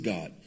God